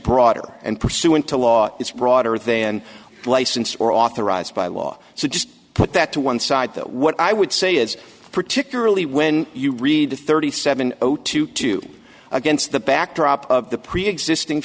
broader and pursuant to law it's broader than license or authorized by law so just put that to one side that what i would say is particularly when you read the thirty seven zero two two against the backdrop of the preexisting